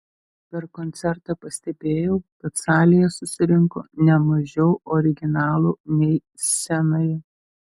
per koncertą pastebėjau kad salėje susirinko ne mažiau originalų nei scenoje